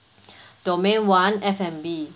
domain one F&B